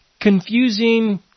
confusing